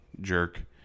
jerk